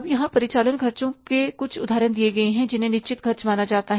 अब यहाँ परिचालन खर्चों के कुछ उदाहरण दिए गए हैं जिन्हें निश्चित खर्च माना जाता है